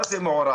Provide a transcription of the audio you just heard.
מה זה מעורב?